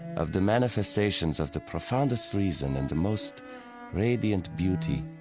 of the manifestations of the profoundest reason and the most radiant beauty.